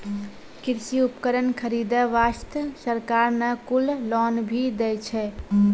कृषि उपकरण खरीदै वास्तॅ सरकार न कुल लोन भी दै छै